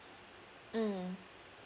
mm